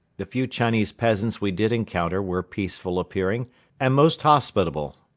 the few chinese peasants we did encounter were peaceful appearing and most hospitable.